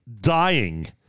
dying